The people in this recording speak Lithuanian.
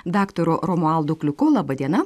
daktaru romualdu kliuku laba diena